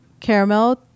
caramel